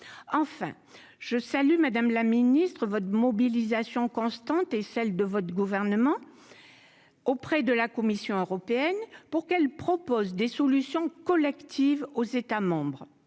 enfin je salue Madame la Ministre votre mobilisation constante et celle de votre gouvernement auprès de la Commission européenne pour qu'elle propose des solutions collectives aux États membres,